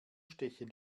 stechen